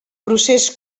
procés